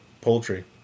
poultry